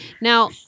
Now